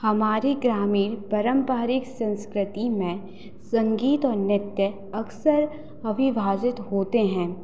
हमारी ग्रामीण परम्परिक संस्कृति में संगीत और नृत्य अक्सर अविभाजित होते हैं